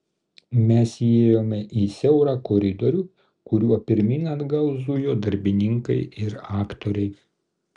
mes įėjome į siaurą koridorių kuriuo pirmyn atgal zujo darbininkai ir aktoriai